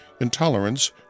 intolerance